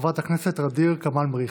חברת הכנסת ע'דיר כמאל מריח.